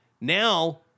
now